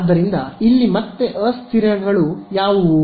ಆದ್ದರಿಂದ ಇಲ್ಲಿ ಮತ್ತೆ ಅಸ್ಥಿರಗಳು ಯಾವುವು